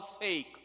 sake